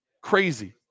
crazy